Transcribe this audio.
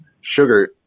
sugar